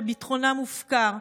שביטחונם מופקר.